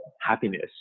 happiness